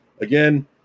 Again